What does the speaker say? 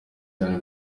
cyane